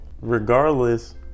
regardless